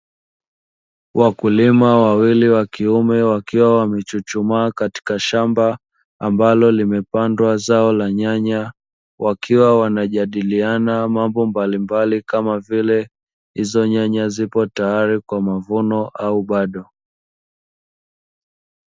Wakulima wawili wakiume wakiwa wamechuchumaa katika shamba ambalo limepandwa zao la nyanya. Wakiwa wanajadiliana mambo mbalimbali kama vile, nyanya hizo zipo tayari kwa mavuno au bado.